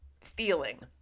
feeling